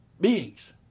beings